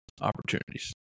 opportunities